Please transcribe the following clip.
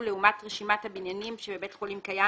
לעומת רשימת הבניינים שבבית חולים קיים,